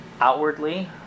outwardly